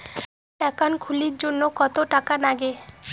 Account খুলির জন্যে কত টাকা নাগে?